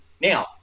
Now